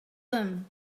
them